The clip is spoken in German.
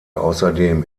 außerdem